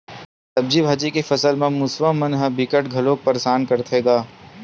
सब्जी भाजी के फसल म मूसवा मन ह बिकट घलोक परसान करथे गा